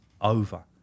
over